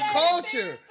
culture